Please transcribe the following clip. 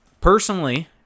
personally